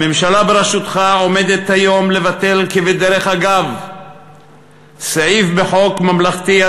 הממשלה בראשותך עומדת היום לבטל כבדרך אגב סעיף בחוק חינוך ממלכתי,